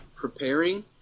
preparing